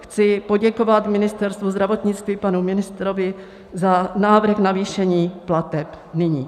Chci poděkovat Ministerstvu zdravotnictví, panu ministrovi za návrh navýšení plateb nyní.